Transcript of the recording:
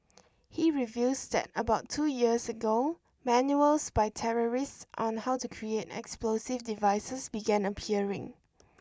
he reveals that about two years ago manuals by terrorists on how to create explosive devices began appearing